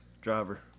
Driver